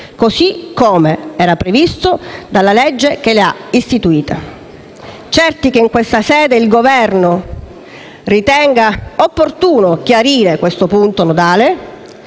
così come era previsto dalla legge che l'ha istituito. Siamo certi che in questa sede il Governo ritenga opportuno chiarire questo punto nodale,